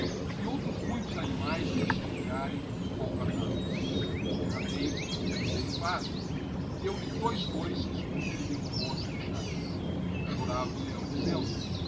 e outros muitos animaes por se vingarem o maltratavão por derradeiro veio hum asno e deo lhe dous couces com que lhe derrubou as queixadas chorava o leão dizendo